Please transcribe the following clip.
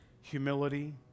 humility